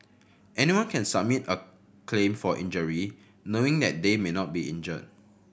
anyone can submit a claim for injury knowing that they may not be injured